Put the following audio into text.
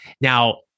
Now